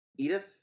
Edith